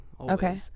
Okay